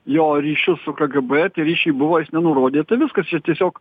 jo ryšius su kgb ryšiai buvo jis nenurodė tai viskas čia tiesiog